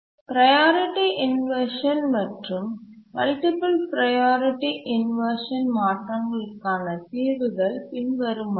priority inversion மற்றும் multiple priority inversion மாற்றங்களுக்கான தீர்வுகள் பின்வருமாறு